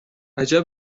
عجب